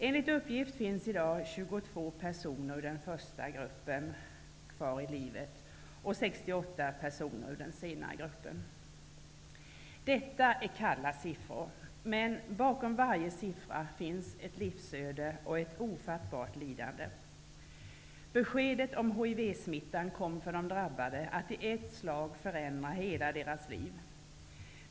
Enligt uppgift finns i dag 22 personer ur den första gruppen och 68 personer ur den senare kvar i livet. Detta är kalla siffror, men bakom varje siffra finns ett livsöde och ett ofattbart lidande. Beskedet om hivsmittan kom för de drabbade att i ett slag förändra deras liv.